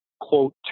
quote